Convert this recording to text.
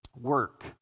work